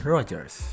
Rogers